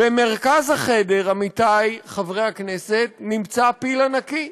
במרכז החדר, עמיתי חברי הכנסת, נמצא פיל ענקי.